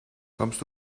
kommst